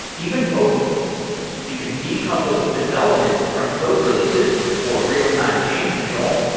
even mobile you can decouple development from code releases for real-time change control,